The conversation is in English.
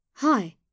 Hi